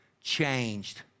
changed